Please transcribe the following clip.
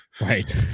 Right